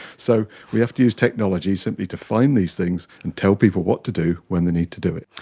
so we have to use technology simply to find these things and tell people what to do when they need to do it.